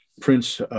prince